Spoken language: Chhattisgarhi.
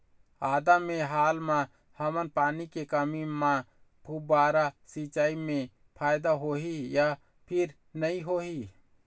आदा मे हाल मा हमन पानी के कमी म फुब्बारा सिचाई मे फायदा होही या फिर नई होही?